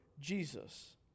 Jesus